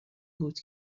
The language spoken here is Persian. بود